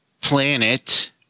planet